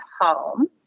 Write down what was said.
home